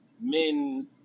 men